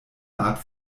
art